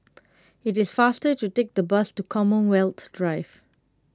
it is faster to take the bus to Commonwealth Drive